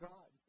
God